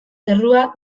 errua